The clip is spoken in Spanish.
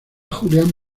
julián